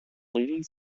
leading